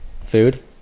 food